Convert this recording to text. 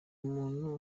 umuntu